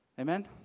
Amen